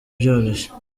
byoroshye